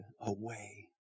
away